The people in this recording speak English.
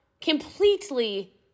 completely